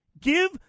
Give